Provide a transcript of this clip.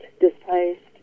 displaced